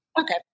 Okay